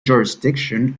jurisdiction